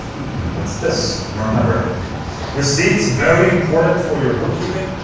what's this? i don't remember receipts, very important for your bookkeeping.